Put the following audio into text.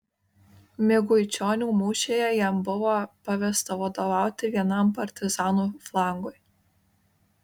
miguičionių mūšyje jam buvo pavesta vadovauti vienam partizanų flangui